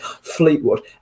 Fleetwood